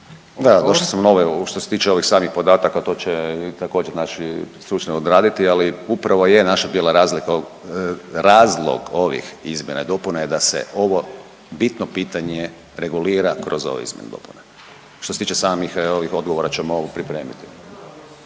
razumije./... što se tiče ovih samih podataka, to će također, znači stručni odraditi, ali upravo je naša bila razlika, razlog ovih izmjena i dopuna je da se ovo bitno pitanje regulira kroz ove izmjene i dopune, što se tiče samih ovih odgovora, ćemo ovo pripremiti.